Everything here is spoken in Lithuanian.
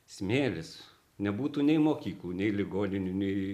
smėlis nebūtų nei mokyklų nei ligoninių nei